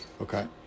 Okay